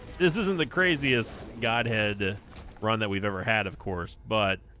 this isn't the craziest godhead run that we've ever had of course but